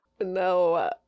No